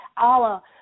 Allah